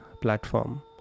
platform